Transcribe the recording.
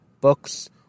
books